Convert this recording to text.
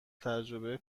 تجربه